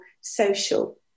social